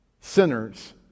sinners